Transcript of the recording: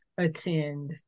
Attend